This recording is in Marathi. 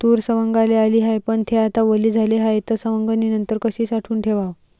तूर सवंगाले आली हाये, पन थे आता वली झाली हाये, त सवंगनीनंतर कशी साठवून ठेवाव?